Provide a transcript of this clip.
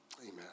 Amen